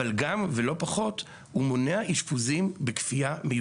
אבל גם ולא פחות הוא מונע אשפוזים מיותרים בכפייה.